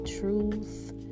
truth